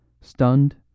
stunned